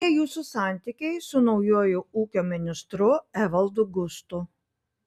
kokie jūsų santykiai su naujuoju ūkio ministru evaldu gustu